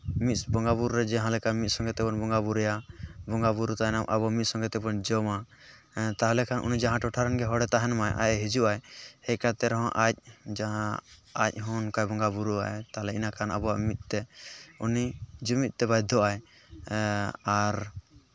ᱢᱤᱫ ᱵᱚᱸᱜᱟ ᱵᱩᱨᱩ ᱨᱮ ᱡᱟᱦᱟᱸᱞᱮᱠᱟ ᱢᱤᱫ ᱥᱚᱸᱜᱮ ᱛᱮᱵᱚᱱ ᱵᱚᱸᱜᱟ ᱵᱩᱨᱩᱭᱟ ᱵᱚᱸᱜᱟ ᱵᱩᱨᱩ ᱛᱟᱭᱱᱚᱢ ᱟᱵᱚ ᱢᱤᱫ ᱥᱚᱸᱜᱮ ᱛᱮᱵᱚᱱ ᱡᱚᱢᱟ ᱛᱟᱦᱚᱞᱮ ᱠᱷᱟᱱ ᱩᱱᱤ ᱡᱟᱦᱟᱸ ᱴᱚᱴᱷᱟ ᱨᱮᱱ ᱜᱮ ᱦᱚᱲᱮᱭ ᱛᱟᱦᱮᱱ ᱢᱟ ᱟᱡ ᱮ ᱦᱤᱡᱩᱜᱼᱟᱭ ᱦᱮᱡ ᱠᱟᱛᱮ ᱨᱮᱦᱚᱸ ᱟᱡ ᱡᱟᱦᱟᱸ ᱟᱡ ᱦᱚᱸ ᱚᱱᱠᱟ ᱵᱚᱸᱜᱟ ᱵᱩᱨᱩᱣᱟᱜᱼᱟᱭ ᱛᱟᱦᱚᱞᱮ ᱤᱱᱟᱹ ᱠᱷᱟᱱ ᱟᱵᱚᱣᱟᱜ ᱢᱤᱫ ᱛᱮ ᱩᱱᱤ ᱡᱩᱢᱤᱫ ᱛᱮ ᱵᱟᱫᱽᱫᱷᱚᱜᱼᱟᱭ ᱟᱨ